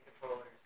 controllers